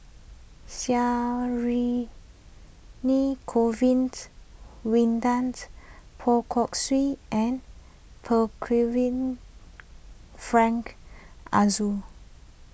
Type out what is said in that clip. Govins Winodans Poh Kay Swee and Frank Aroozoo